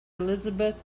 elizabeth